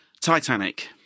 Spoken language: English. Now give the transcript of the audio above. Titanic